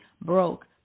broke